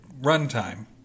runtime